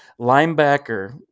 linebacker